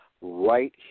right